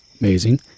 amazing